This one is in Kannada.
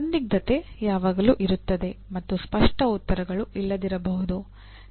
ಸಂದಿಗ್ಧತೆ ಯಾವಾಗಲೂ ಇರುತ್ತದೆ ಮತ್ತು ಸ್ಪಷ್ಟ ಉತ್ತರಗಳು ಇಲ್ಲದಿರಬಹುದು